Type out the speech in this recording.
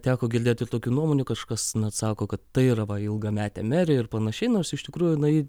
teko girdėti ir tokių nuomonių kažkas na sako kad tai va yra ilgametė merė ir panašiai nors iš tikrųjų jinai